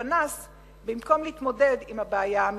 לפנס במקום להתמודד עם הבעיה האמיתית.